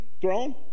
throne